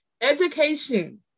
education